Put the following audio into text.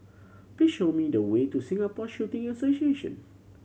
please show me the way to Singapore Shooting Association